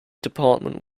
department